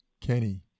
Kenny